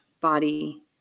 body